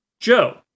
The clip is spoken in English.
Joe